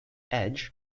edge